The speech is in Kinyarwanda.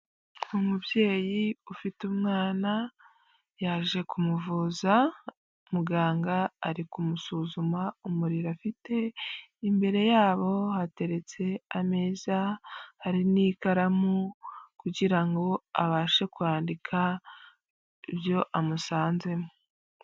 Umubyeyi ufite umwana yaje kumuvuza muganga ari kumusuzuma umuriro afite imbere yabo hateretse ameza hari n'ikaramu kugira ngo abashe kwandika ibyo amusanzemo.